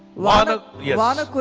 lot of your honor.